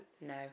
No